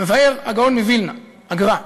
מבאר הגאון מווילנה, הגר"א,